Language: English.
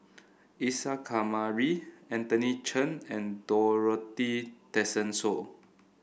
Isa Kamari Anthony Chen and Dorothy Tessensohn